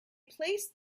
placed